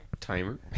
Timer